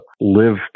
live